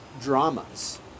dramas